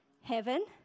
heaven